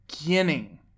beginning